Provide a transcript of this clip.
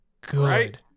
good